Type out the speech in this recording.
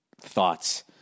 thoughts